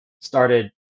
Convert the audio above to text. started